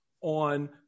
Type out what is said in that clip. on